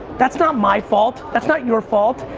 that's not my fault, that's not your fault,